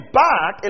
back